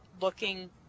looking